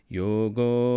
yoga